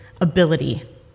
ability